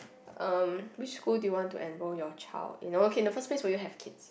um which school do you want to enroll your child oh okay in the first place will you have kids